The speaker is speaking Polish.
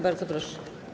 Bardzo proszę.